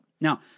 Now